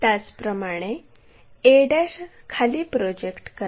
त्याचप्रमाणे a खाली project करा